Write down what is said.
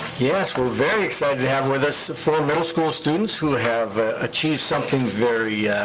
yes, we're very excited to have with us four middle school students who have achieved something very